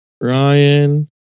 Ryan